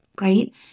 right